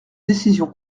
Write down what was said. décision